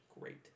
great